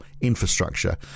infrastructure